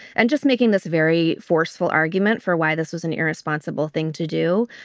and just making this very forceful argument for why this was an irresponsible thing to do.